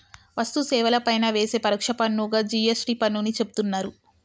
వస్తు సేవల పైన వేసే పరోక్ష పన్నుగా జి.ఎస్.టి పన్నుని చెబుతున్నరు